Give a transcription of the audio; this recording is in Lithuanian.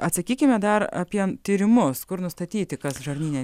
atsakykime dar apie tyrimus kur nustatyti kas žarnyne